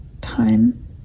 time